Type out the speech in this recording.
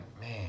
man